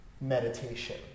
meditation